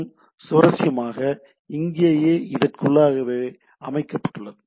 மற்றும் சுவாரஸ்யமாக இங்கேயே இதற்குள்ளாகவே அமைக்கப்பட்டுள்ளது